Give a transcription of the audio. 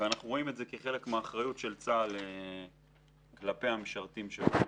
אנחנו רואים את זה כחלק מאחריות של צה"ל כלפי המשרתים שלו.